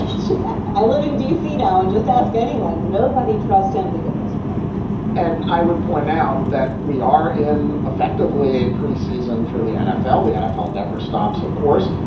this is i live in d c. now and just ask anyone, nobody trust him to get this right and i would point out that we are in effectively a pre-season for the nfl. the nfl never stops. of course,